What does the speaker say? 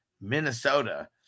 Minnesota